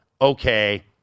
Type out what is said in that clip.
okay